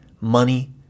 Money